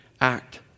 act